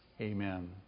Amen